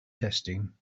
testing